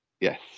Yes